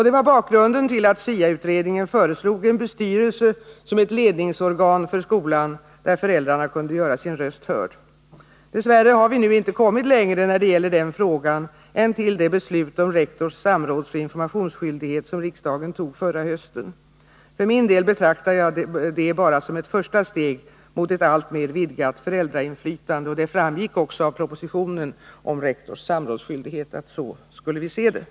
Det var bakgrunden till att SIA-utredningen föreslog en bestyrelse som ett ledningsorgan för skolan, i vilket föräldrarna kunde göra sin röst hörd. Dess värre har vi nu inte kommit längre när det gäller denna fråga än till det beslut om rektors samrådsoch informationsskyldighet som riksdagen fattade förra hösten. För min del betraktar jag det bara som ett första steg mot ett alltmer vidgat föräldrainflytande. Det framgick också av propositionen om rektors samrådsskyldighet att vi skulle se det så.